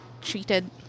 treated